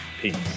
Peace